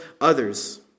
others